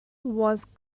was